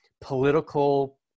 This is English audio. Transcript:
political